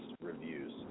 reviews